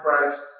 Christ